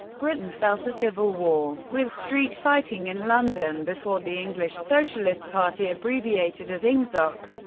britain fell to civil war, with street fighting in london, before the english socialist party, abbreviated as ingsoc,